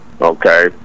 Okay